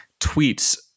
tweets